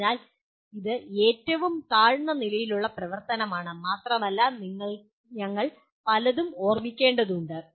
അതിനാൽ ഇത് ഏറ്റവും താഴ്ന്ന നിലയിലുള്ള പ്രവർത്തനമാണ് മാത്രമല്ല ഞങ്ങൾ പലതും ഓർമ്മിക്കേണ്ടതുണ്ട്